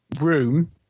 room